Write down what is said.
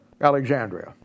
Alexandria